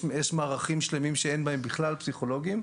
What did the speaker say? יש מערכים שלמים שאין בהם בכלל פסיכולוגים,